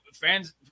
fans